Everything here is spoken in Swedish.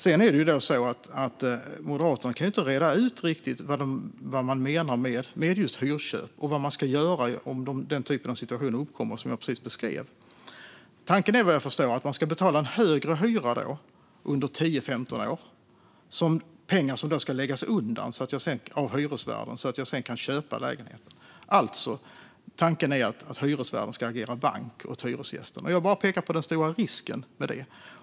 Sedan kan Moderaterna inte riktigt reda ut vad de menar med just hyrköp och vad man ska göra om den typ av situation som jag precis beskrev uppkommer. Tanken är, vad jag förstår, att man ska betala en högre hyra under 10-15 år. Och pengarna ska läggas undan av hyresvärden så att hyresgästen sedan kan köpa lägenheten. Tanken är alltså att hyresvärden ska agera bank åt hyresgästen. Jag pekar på den stora risken med det.